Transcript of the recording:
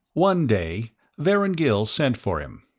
one day vorongil sent for him.